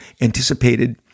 anticipated